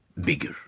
bigger